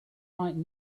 right